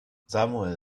samuel